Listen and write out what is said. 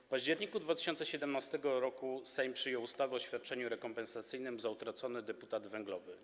W październiku 2017 r. Sejm przyjął ustawę o świadczeniu rekompensacyjnym za utracony deputat węglowy.